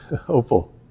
hopeful